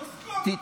אוסקוט.